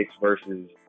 versus